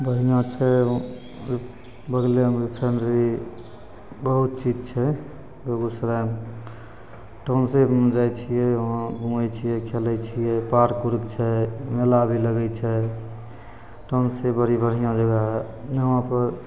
बढ़िआँ छै बगलेमे रिफाइनरी बहुत चीज छै बेगूसरायमे टॉउनशिपमे जाइ छिए वहाँ घुमै छिए खेलै छिए पार्क उर्क छै मेला भी लगै छै टॉउनशिप बड़ी बढ़िआँ जगह हइ वहाँपर